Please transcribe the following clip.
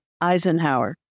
Eisenhower